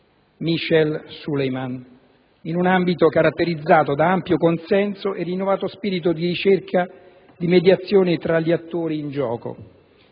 Michel Sleiman in un ambito caratterizzato da ampio consenso e rinnovato spirito di ricerca di mediazione tra gli attori in gioco.